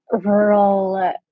rural